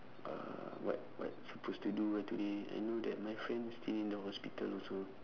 uh what what's supposed to do ah today I know that my friend stay in the hospital also